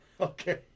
Okay